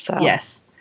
Yes